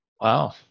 Wow